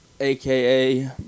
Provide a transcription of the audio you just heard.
AKA